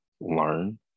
learn